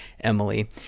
Emily